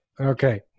okay